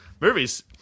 Movies